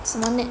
什么 net